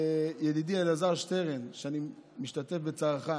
ידידי אלעזר שטרן, שאני משתתף בצערך,